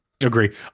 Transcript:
Agree